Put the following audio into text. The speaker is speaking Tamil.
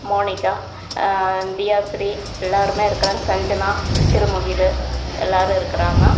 மோனிக்கா தியாஸ்ரீ எல்லாருமே இருக்கிறாங்க சஞ்சனா திருமுகில் எல்லாரும் இருக்கிறாங்க